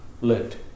lit